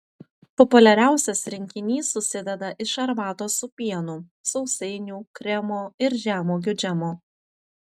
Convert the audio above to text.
populiariausias rinkinys susideda iš arbatos su pienu sausainių kremo ir žemuogių džemo